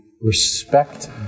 respect